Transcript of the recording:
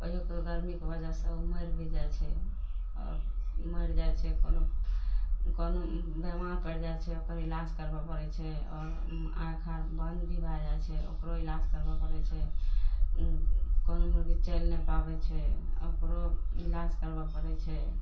कहियो कहियो गर्मीके वजहसँ उ मरि भी जाइ छै आओर मरि जाइ छै कोनो कोनो बीमार पड़ि जाइ छै ओकर इलाज करबऽ पड़य छै आओर आँख आर बन्द भी भए जाइ छै ओकरो इलाज करबऽ पड़य छै कोनो मुर्गी चलि नहि पाबय छै ओकरो इलाज करबऽ पड़य छै